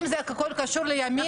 אם הכול קשור לימינה,